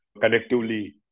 collectively